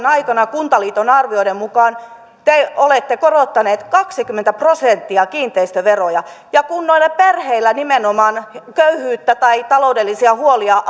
aikana kuntaliiton arvioiden mukaan te olette korottaneet kaksikymmentä prosenttia kiinteistöveroja ja kun perheillä köyhyyttä tai taloudellisia huolia